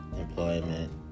employment